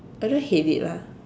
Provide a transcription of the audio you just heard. I don't hate it lah